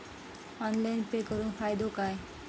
Online pay करुन फायदो काय?